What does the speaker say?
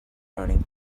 learning